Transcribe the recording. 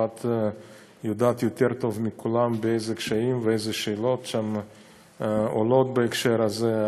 ואת יודעת יותר טוב מכולם איזה קשיים ואיזה שאלות עולות בהקשר הזה,